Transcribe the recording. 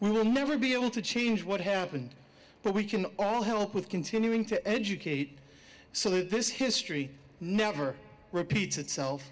we will never be able to change what happened but we can all help with continuing to educate so that this history never repeats itself